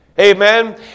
Amen